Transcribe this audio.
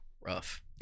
Rough